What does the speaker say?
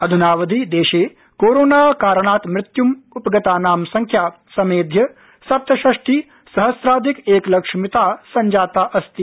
अधुनावधि देशे कोरोणा कारणात् मृत्युम् उपगतानां संख्या समेध्य सप्तषष्टि सहस्राधिक एकलक्ष संजातास्ति